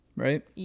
right